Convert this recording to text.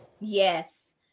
Yes